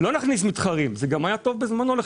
מה שצריך להיות זה מס נורמלי כמו שיש בעולם,